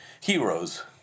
heroes